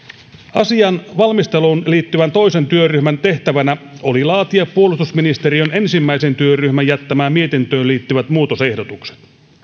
asian valmisteluun liittyvän toisen työryhmän tehtävänä oli laatia puolustusministeriön ensimmäisen työryhmän jättämään mietintöön liittyvät muutosehdotukset